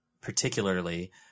particularly